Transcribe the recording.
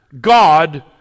God